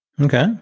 Okay